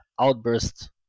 outburst